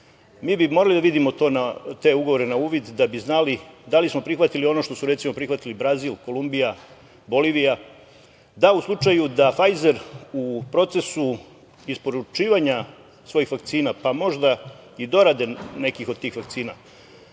mi bi morali da vidimo te ugovore na uvid da bi znali da li smo prihvatili ono što su, recimo, prihvatili Brazil, Kolumbija, Bolivija, da u slučaju da „Fajzer“ u procesu isporučivanja svojih vakcina, pa možda i dorade nekih od tih vakcina